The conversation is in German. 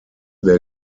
der